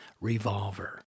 Revolver